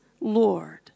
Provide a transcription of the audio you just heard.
Lord